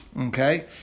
okay